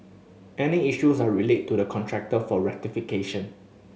any issues are relayed to the contractor for rectification